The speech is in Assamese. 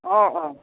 অঁ অঁ